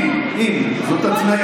לא צריך, אם, אם, זאת התניה.